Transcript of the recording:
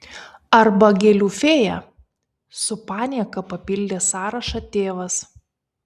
arba gėlių fėja su panieka papildė sąrašą tėvas